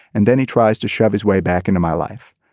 and then he tries to shove his way back into my life.